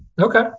Okay